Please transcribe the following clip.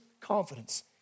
confidence